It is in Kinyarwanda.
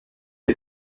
jay